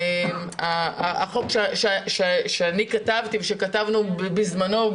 שהחוק שאני כתבתי וכתבנו בזמנו,